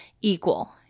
equal